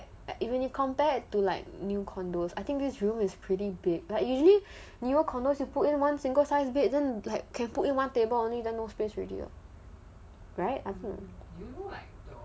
like even if compared to like new condos I think this room is pretty big like usually new condos you put in one single size bed then like can put in one table only the no space already [what] right I think